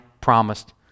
promised